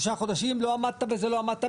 לא עמדת ב-6 חודשים, לא עמדת בזה.